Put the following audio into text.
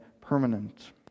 permanent